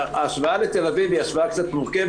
ההשוואה לתל אביב היא השוואה קצת מורכבת.